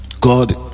God